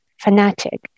fanatic